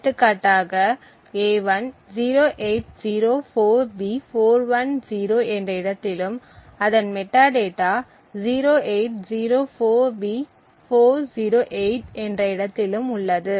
எடுத்துக்காட்டாக a1 0804B410 என்ற இடத்திலும் அதன் மெட்டாடேட்டா 0804B408 என்ற இடத்திலும் உள்ளது